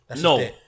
no